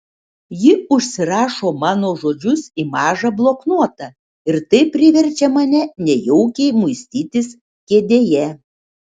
ji užsirašo mano žodžius į mažą bloknotą ir tai priverčia mane nejaukiai muistytis kėdėje